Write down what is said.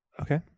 Okay